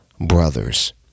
brothers